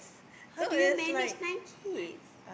how do you manage nine kids